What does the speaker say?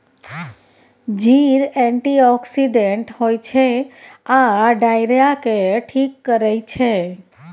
जीर एंटीआक्सिडेंट होइ छै आ डायरिया केँ ठीक करै छै